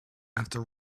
after